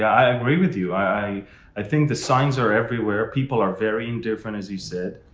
i agree with you. i i think the signs are everywhere, people are very indifferent, as he said,